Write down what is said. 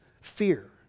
fear